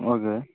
okay